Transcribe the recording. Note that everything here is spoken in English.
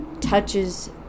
touches